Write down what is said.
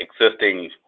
existing